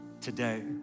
today